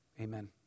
Amen